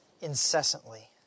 incessantly